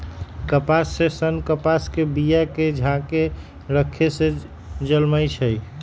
कपास के सन्न कपास के बिया के झाकेँ रक्खे से जलमइ छइ